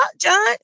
John